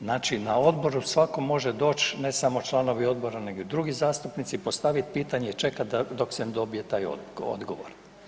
Znači na odboru svatko može doći ne samo članovi odbora, nego i drugi zastupnici, postaviti pitanje i čekati dok se ne dobije taj odgovor.